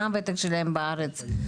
מה הוותק שלהם בארץ?